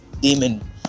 demon